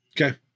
Okay